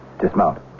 Dismount